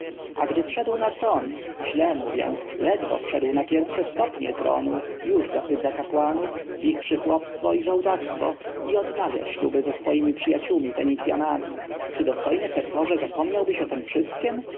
gdy wszedł na tron źle mówię ledwo wszedł na pierwsze stopnie tronu już zohydza kapłanów wichrzy chłopstwo i żołdactwo i odnawia śluby ze swoimi przyjaciółmi fenicjanami czy dostojny herhorze zapomniałbyś o tem wszystkiem